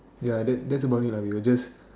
ya that that's about it lah we will just